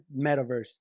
metaverse